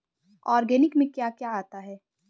Organic में क्या क्या आता है?